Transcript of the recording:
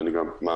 ואני גם מאמין,